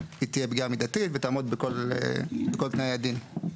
היא תהיה פגיעה מידתית ותעמוד בכל תנאי הדין.